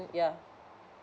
yeah